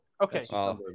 Okay